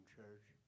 church